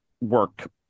work